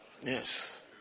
yes